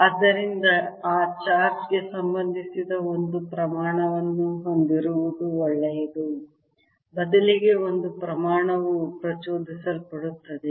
ಆದ್ದರಿಂದ ಆ ಚಾರ್ಜ್ ಗೆ ಸಂಬಂಧಿಸಿದ ಒಂದು ಪ್ರಮಾಣವನ್ನು ಹೊಂದಿರುವುದು ಒಳ್ಳೆಯದು ಬದಲಿಗೆ ಒಂದು ಪ್ರಮಾಣವು ಪ್ರಚೋದಿಸಲ್ಪಡುತ್ತದೆ